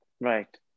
Right